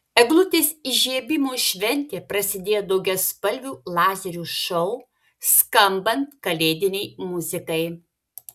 eglutės įžiebimo šventė prasidėjo daugiaspalvių lazerių šou skambant kalėdinei muzikai